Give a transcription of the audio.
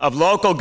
of local